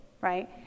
right